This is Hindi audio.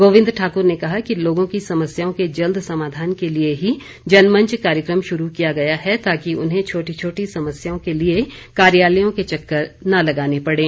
गोविंद ठाकुर ने कहा कि लोगों की समस्याओं के जल्द समाधान के लिए ही जनमंच कार्यक्रम शुरू किया गया है ताकि उन्हें छोटी छोटी समस्याओं के लिए कार्यालयों के चक्कर न लगाने पड़े